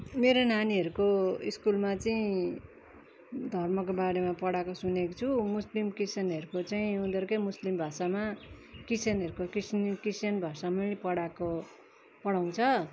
मेरो नानीहरूको स्कुलमा चाहिँ धर्मको बारेमा पढाएको सुनेको छु मुस्लिम क्रिस्टियनहरूको चाहिँ उनीहरूकै मुस्लिम भाषामा क्रिस्टियनहरूको क्रिस्टियन क्रिस्टियन भाषामै पढाएको पढाउँछ